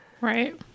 Right